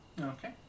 Okay